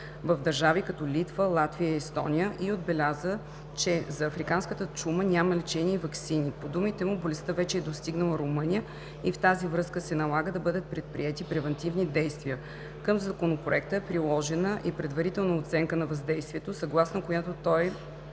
в държави като Литва, Латвия и Естония, и отбеляза, че за африканската чума няма лечение и ваксини. По думите му болестта вече е достигнала Румъния и в тази връзка се налага да бъдат предприети превантивни действия. Към Законопроекта е приложена и предварителна оценка на въздействието, съгласно която той